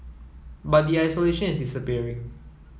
but the isolation is disappearing